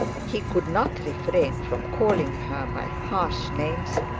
he could not refrain from calling her by harsh names,